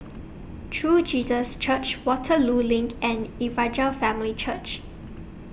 True Jesus Church Waterloo LINK and Evangel Family Church